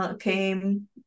came